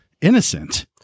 Innocent